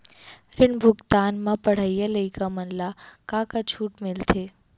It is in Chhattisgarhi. ऋण भुगतान म पढ़इया लइका मन ला का का छूट मिलथे?